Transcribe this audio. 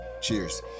Cheers